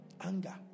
Anger